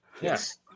Yes